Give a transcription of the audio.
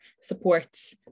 supports